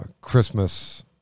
Christmas